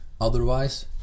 otherwise